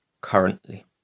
currently